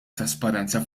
trasparenza